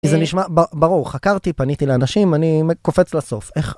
זה נשמע ב-ב-ברור. חקרתי, פניתי לאנשים, אני מ...קופץ לסוף. איך